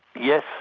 yes,